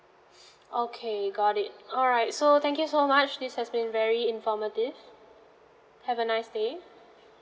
okay got it alright so thank you so much this has been very informative have a nice day